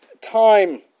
time